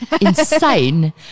insane